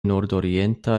nordorienta